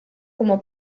como